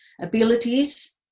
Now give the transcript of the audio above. abilities